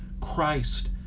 Christ